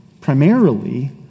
primarily